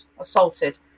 assaulted